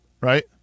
right